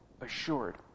assured